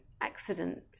accident